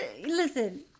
Listen